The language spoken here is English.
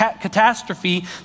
catastrophe